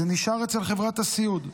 זה נשאר אצל חברת הסיעוד.